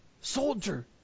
soldier